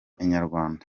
inyarwanda